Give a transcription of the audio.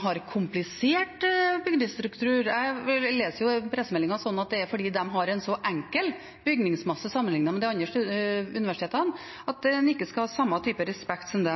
har en komplisert bygningsstruktur. Jeg leser pressemeldingen slik at det er fordi de har en så enkel bygningsmasse sammenliknet med de andre universitetene at en ikke skal ha den samme typen respekten